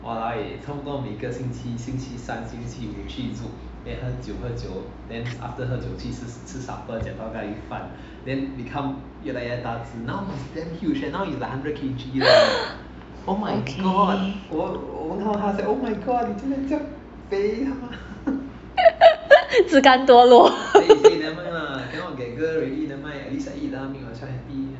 okay 自甘堕落